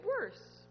worse